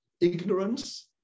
Ignorance